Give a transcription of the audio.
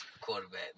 quarterback